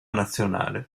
nazionale